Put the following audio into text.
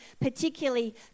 particularly